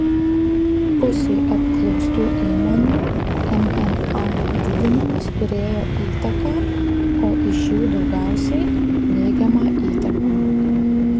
pusei apklaustų įmonių mma didinimas turėjo įtaką o iš jų daugiausiai neigiamą įtaką